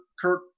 Kirk